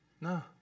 No